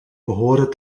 behoren